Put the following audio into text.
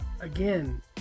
Again